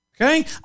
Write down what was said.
okay